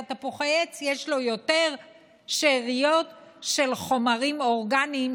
תפוחי עץ יש לו יותר שאריות של חומרים אורגניים,